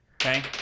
Okay